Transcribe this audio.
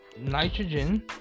Nitrogen